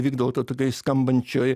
vykdavo tokioj skambančioj